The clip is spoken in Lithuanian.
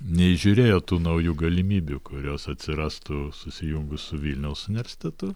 neįžiūrėjo tų naujų galimybių kurios atsirastų susijungus su vilniaus universitetu